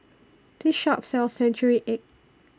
This Shop sells Century Egg